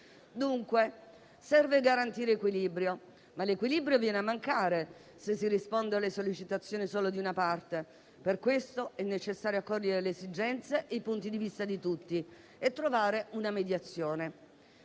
Dunque, serve garantire equilibrio, che però viene a mancare se si risponde alle sollecitazioni solo di una parte. Per questo, è necessario accogliere le esigenze e i punti di vista di tutti e trovare una mediazione.